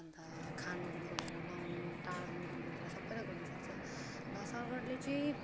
अन्त खानु दिनको ल्याएर लाउनु टार्नुदेखिन्को लिएर सबैलाई गर्नु सक्छ ल सरकारले चाहिँ